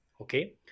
Okay